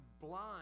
blind